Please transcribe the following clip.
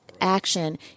action